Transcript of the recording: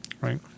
Right